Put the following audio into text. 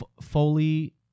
Foley